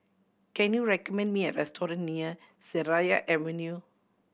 can you recommend me a restaurant near Seraya Avenue